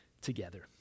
together